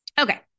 Okay